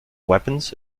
weapons